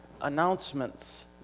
announcements